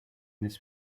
this